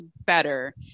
better